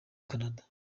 canada